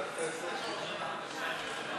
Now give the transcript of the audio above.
חבריי חברי הכנסת,